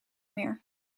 meer